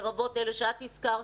לרבות אלה שאת הזכרת,